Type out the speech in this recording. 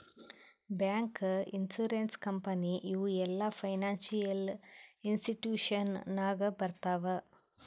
bank, insurance company ಇವು ಎಲ್ಲಾ financial institution ನಾಗೆ ಬರ್ತಾವ್